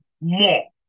more